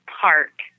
park